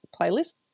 playlist